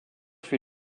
fut